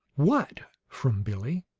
what? from billie.